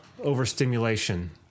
overstimulation